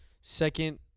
second